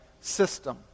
system